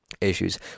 issues